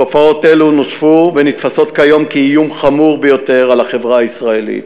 תופעות אלו נוספו ונתפסות כיום כאיום חמור ביותר על החברה הישראלית.